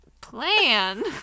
plan